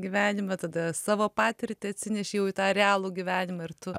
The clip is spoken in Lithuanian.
gyvenimą tada savo patirtį atsineši jau į tą realų gyvenimą ir tu